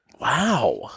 Wow